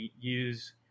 use